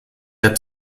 der